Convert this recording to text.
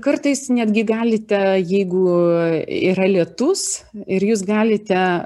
kartais netgi galite jeigu yra lietus ir jūs galite